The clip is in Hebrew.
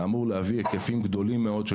זה אמור להביא היקפים גדולים מאוד של